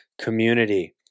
Community